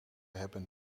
hebben